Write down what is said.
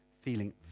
feeling